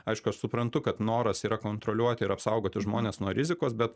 aš suprantu kad noras yra kontroliuot ir apsaugoti žmones nuo rizikos bet